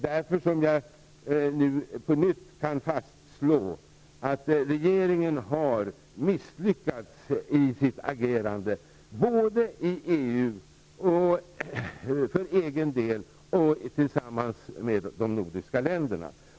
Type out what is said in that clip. Därför kan jag på nytt fastslå att regeringen har misslyckats i sitt agerande både i EU för egen del och tillsammans med de nordiska länderna.